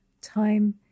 Time